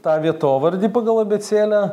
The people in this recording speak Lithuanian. tą vietovardį pagal abėcėlę